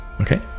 okay